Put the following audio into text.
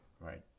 Right